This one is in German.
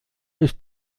ist